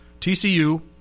TCU